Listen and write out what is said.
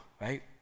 right